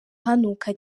hanuka